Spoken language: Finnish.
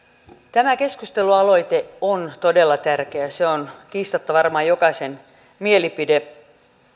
tämä keskustelualoite on todella tärkeä se on kiistatta varmaan jokaisen mielipide